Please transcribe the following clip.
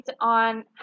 on